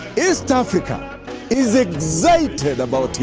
east africa is excited about tmi.